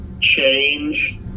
change